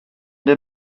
der